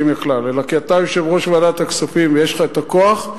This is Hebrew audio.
מהכלל אלא כי אתה יושב-ראש ועדת הכספים ויש לך הכוח,